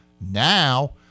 Now